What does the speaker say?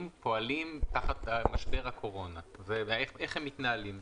פועלים תחת משבר הקורונה ואיך הם מתנהלים.